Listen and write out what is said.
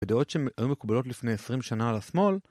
ודעות שהיו מקובלות לפני עשרים שנה על השמאל